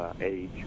age